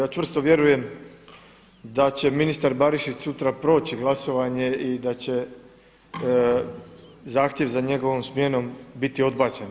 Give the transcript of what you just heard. Ja čvrsto vjerujem da će ministar Barišić sutra proći glasovanje i da će zahtjev za njegovom smjenom biti odbačen.